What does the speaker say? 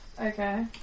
Okay